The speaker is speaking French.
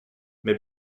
mais